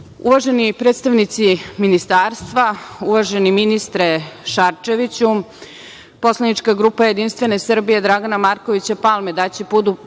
predstavnici ministarstva, uvaženi ministre Šarčeviću, poslanička grupa JS Dragana Markovića Palme daće punu